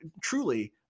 truly